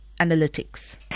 Analytics